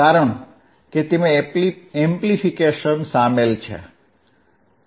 કારણ કે તેમાં એમ્પ્લીફિકેશન સામેલ છે